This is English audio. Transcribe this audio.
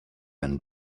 and